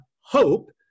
hope